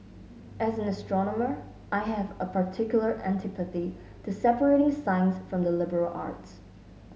as an astronomer I have a particular antipathy to separating science from the liberal arts